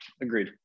agreed